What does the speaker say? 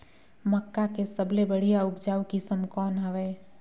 मक्का के सबले बढ़िया उपजाऊ किसम कौन हवय?